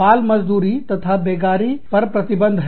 बाल मजदूरी तथा बेगारी पर प्रतिबंध है